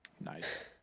Nice